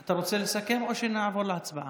אתה רוצה לסכם או שנעבור להצבעה?